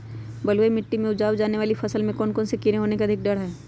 बलुई मिट्टी में उपजाय जाने वाली फसल में कौन कौन से कीड़े होने के अधिक डर हैं?